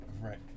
Right